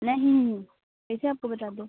नही कैसे आपको बता दूँ